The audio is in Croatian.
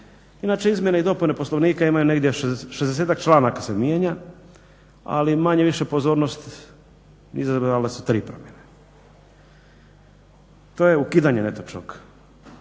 Inače izmjene i dopune Poslovnika imaju negdje 60 članova koji se mijenjaju, ali manje-više pozornost izazvale su 3 promjene. To je ukidanje netočnog